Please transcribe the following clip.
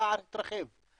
הפער התרחב.